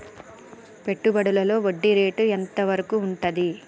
పెట్టుబడులలో వడ్డీ రేటు ఎంత వరకు ఉంటది?